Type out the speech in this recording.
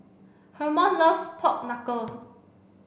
Hermon loves pork knuckle